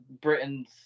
Britain's